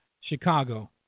Chicago